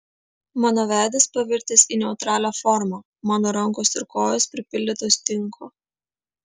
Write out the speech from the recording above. mano veidas pavirtęs į neutralią formą mano rankos ir kojos pripildytos tinko